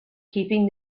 keeping